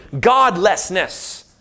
godlessness